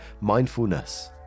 mindfulness